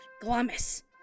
Glamis